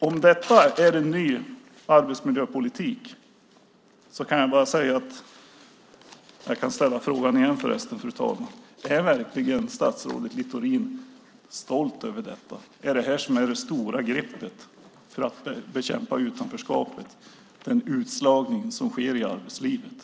Om detta är en ny arbetsmiljöpolitik kan jag bara ställa frågan igen, fru talman. Är verkligen statsrådet Littorin stolt över detta? Är det detta som är det stora greppet för att bekämpa utanförskapet och den utslagning som sker i arbetslivet?